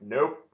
Nope